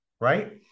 right